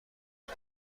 کنه